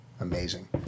amazing